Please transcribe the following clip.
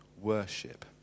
worship